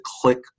click